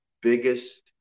biggest